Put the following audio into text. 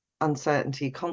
uncertainty